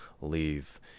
leave